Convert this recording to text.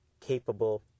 capable